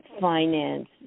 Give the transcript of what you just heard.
finance